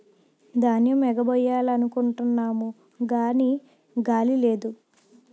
ధాన్యేమ్ ఎగరబొయ్యాలనుకుంటున్నాము గాని గాలి లేదు